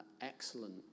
excellent